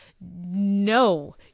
no